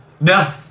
No